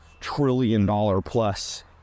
trillion-dollar-plus